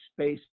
space